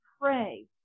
pray